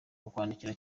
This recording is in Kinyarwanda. kukwandikira